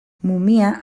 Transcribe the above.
mumia